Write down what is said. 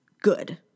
good